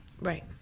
Right